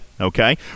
Okay